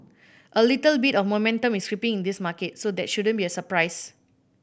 a little bit of momentum is creeping in this market so that shouldn't be a surprise